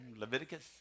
Leviticus